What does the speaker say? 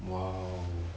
!wow!